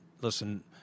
listen